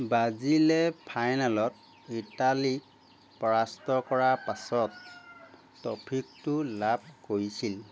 ব্ৰাজিলে ফাইনেলত ইটালীক পৰাস্ত কৰাৰ পাছত ট্ৰফীটো লাভ কৰিছিল